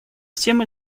всем